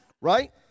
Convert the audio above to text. Right